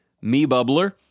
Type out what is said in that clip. me-bubbler